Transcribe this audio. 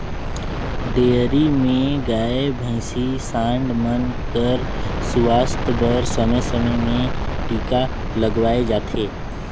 dairy में गाय, भइसी, सांड मन कर सुवास्थ बर समे समे में टीका लगवाए जाथे